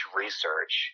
research